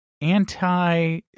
anti